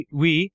oui